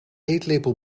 eetlepel